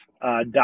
dot